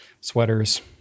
sweaters